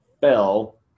fell